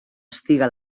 estigui